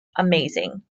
amazing